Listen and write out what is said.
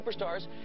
superstars